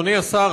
אדוני השר,